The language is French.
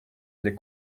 les